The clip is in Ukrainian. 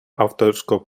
авторського